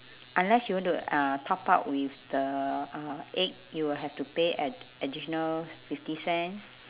unless you want to uh top up with the uh egg you will have to pay add~ additional fifty cent